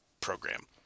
program